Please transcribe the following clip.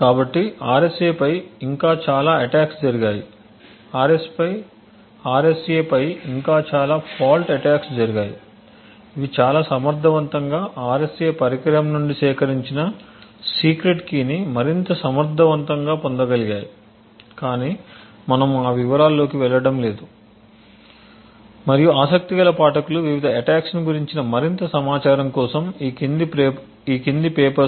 కాబట్టి RSA పై ఇంకా చాలా అటాక్స్ జరిగాయి RSA పై ఇంకా చాలా ఫాల్ట్ అటాక్స్ జరిగాయి ఇవి చాలా సమర్థవంతంగా RSA పరికరం నుండి సేకరించిన సీక్రెట్ కీని మరింత సమర్థవంతంగా పొందగలిగాయి కాని మనము ఆ వివరాలలోకి వెళ్ళటం లేదు మరియు ఆసక్తిగల పాఠకులు వివిధ అటాక్స్ ను గురించిన మరింత సమాచారం కోసం ఈ క్రింది పేపర్స్ను అధ్యయనం చేయవచ్చు